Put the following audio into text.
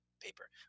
paper